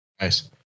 Nice